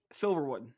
Silverwood